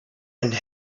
and